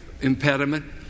impediment